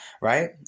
right